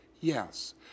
Yes